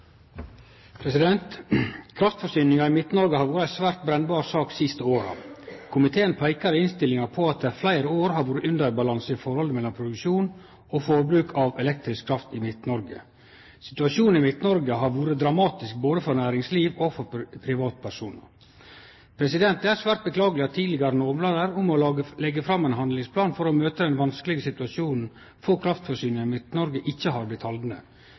nok. Kraftforsyninga i Midt-Noreg har vore ei svært brennbar sak dei siste åra. Komiteen peikar i innstillinga på at det i fleire år har vore underbalanse i forholdet mellom produksjon og forbruk av elektrisk kraft i Midt-Noreg. Situasjonen i Midt-Noreg har vore dramatisk både for næringsliv og for privatpersonar. Det er svært beklageleg at tidlegare lovnader om å leggje fram ein handlingsplan for å møte den vanskelege situasjonen for kraftforsyninga i Midt-Noreg ikkje har blitt haldne.